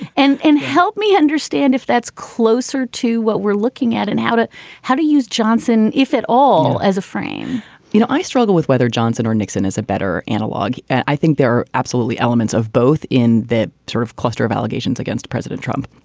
and and help me understand if that's closer to what we're looking at and how to how to use johnson, if at all, as a frame you know, i struggle with whether johnson or nixon is a better analog. and i think there are absolutely elements of both in that sort of cluster of allegations against president trump.